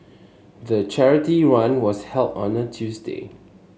the charity run was held on a Tuesday